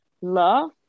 love